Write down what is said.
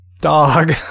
dog